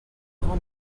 grand